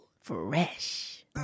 Fresh